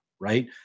right